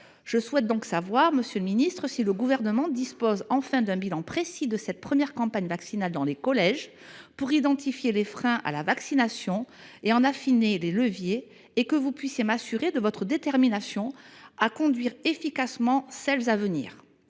Je souhaite donc savoir, monsieur le ministre, si le Gouvernement dispose enfin d’un bilan précis de cette première campagne vaccinale dans les collèges, pour identifier les freins à la vaccination et en affiner les leviers. Par ailleurs, pouvez vous m’assurer de votre détermination à conduire efficacement les campagnes à venir